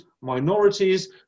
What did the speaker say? minorities